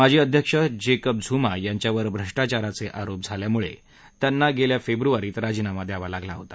माजी अध्यक्ष Jacob Zuma यांच्यावर भ्रष्टाचाराचे आरोप झाल्यामुळं त्यांना गेल्या फेब्रुवारीत राजीनामा द्यावा लागला होता